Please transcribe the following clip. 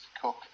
cook